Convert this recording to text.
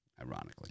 ironically